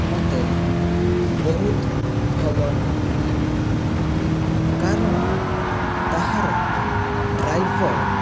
ମତେ ବହୁତ ଭଲ ଲାଗିଲା କାରଣ ତାହାର ଡ୍ରାଇଭର